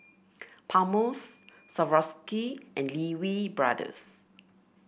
Palmer's Swarovski and Lee Wee Brothers